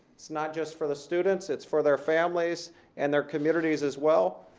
it's not just for the students. it's for their families and their communities as well.